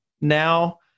now